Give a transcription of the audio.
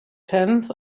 tenth